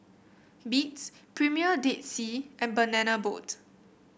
Beats Premier Dead Sea and Banana Boat